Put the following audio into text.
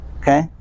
okay